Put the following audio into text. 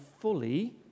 fully